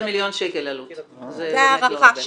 זו ההערכה שלנו.